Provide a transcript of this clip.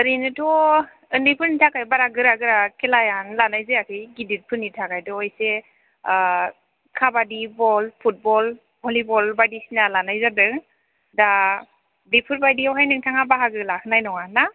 ओरैनोथ'ओन्दैफोरनि थाखाय बारा गोरा गोरा खेलायानो लानाय जायाखै गिदिर फोरनि थाखायथ' इसे खाबादि बल फुटबल भलिबल बायदिसिना लानाय जादों दा बेफोर बायदियावहाय नोंथाङा बाहागो लाहोनाय नङा ना